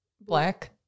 black